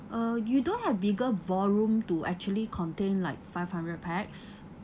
uh you don't have bigger ballroom to actually contain like five hundred pax